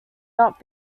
not